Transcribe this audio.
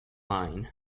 line